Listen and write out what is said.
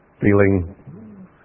feeling